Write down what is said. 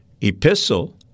epistle